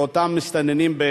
שאותם מסתננים,